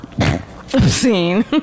Obscene